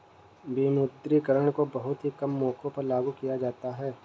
विमुद्रीकरण को बहुत ही कम मौकों पर लागू किया जाता है